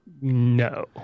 no